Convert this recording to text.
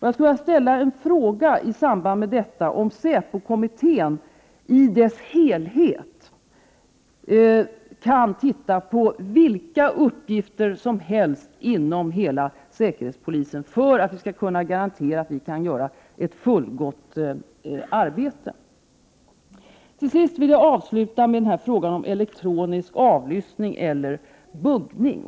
Jag skulle vilja fråga om säpokommittén i sin helhet kan titta på vilka uppgifter som helst inom hela säkerhetspolisen — detta för att vi skall kunna garantera ett fullgott arbete. Till sist något om elektronisk avlyssning, buggning.